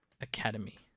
Academy